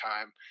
time